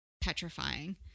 petrifying